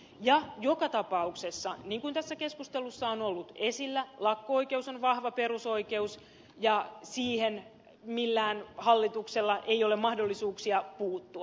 ja joka tapauksessa niin kuin tässä keskustelussa on ollut esillä lakko oikeus on vahva perusoikeus ja siihen millään hallituksella ei ole mahdollisuuksia puuttua